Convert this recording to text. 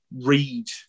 read